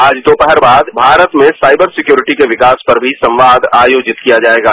आज दोपहर बाद भारत में साइबर सिक्युरिटी के विकास पर भी संवाद आयोजित किया जायेगा